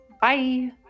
Bye